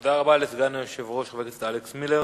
תודה רבה לסגן היושב-ראש, חבר הכנסת אלכס מילר.